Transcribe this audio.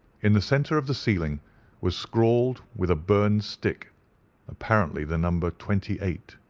in the centre of the ceiling was scrawled, with a burned stick apparently, the number twenty eight.